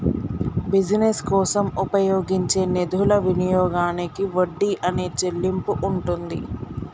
business కోసం ఉపయోగించే నిధుల వినియోగానికి వడ్డీ అనే చెల్లింపు ఉంటుంది